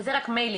זה רק מיילים,